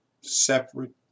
separate